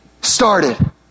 started